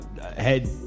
head